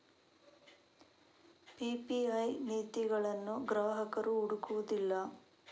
PPI ನೀತಿಗಳನ್ನು ಗ್ರಾಹಕರು ಹುಡುಕುವುದಿಲ್ಲ